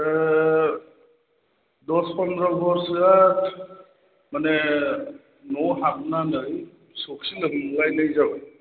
दस पन्द्र' घरसोआ माने न' हाबनानै सौखि लोमलायनाय जाबाय